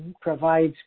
provides